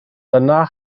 dyna